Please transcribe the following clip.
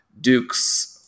duke's